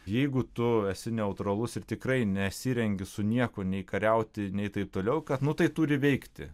jeigu tu esi neutralus ir tikrai nesirengi su niekuo nei kariauti nei taip toliau kad nu tai turi veikti